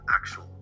actual